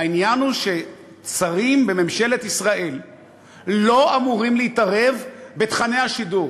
העניין הוא ששרים בממשלת ישראל לא אמורים להתערב בתוכני השידור.